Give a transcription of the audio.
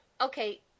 Okay